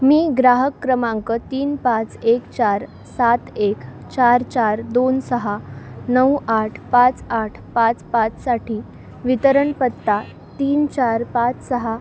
मी ग्राहक क्रमांक तीन पाच एक चार सात एक चार चार दोन सहा नऊ आठ पाच आठ पाच पाचसाठी वितरण पत्ता तीन चार पाच सहा